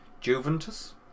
Juventus